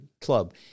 club